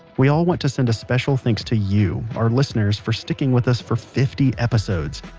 we all want to send a special thanks to you, our listeners, for sticking with us for fifty episodes.